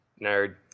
Nerd